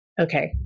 okay